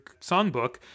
songbook